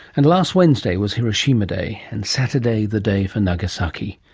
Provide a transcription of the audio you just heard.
and last wednesday was hiroshima day, and saturday the day for nagasaki.